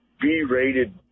B-rated